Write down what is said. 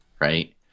right